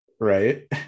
Right